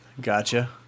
gotcha